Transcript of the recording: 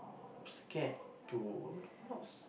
scared to not